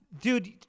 Dude